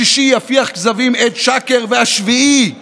השישי, יפיח כזבים עד שקר, השביעי,